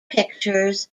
pictures